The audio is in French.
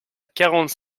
quarante